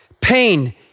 Pain